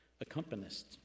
accompanist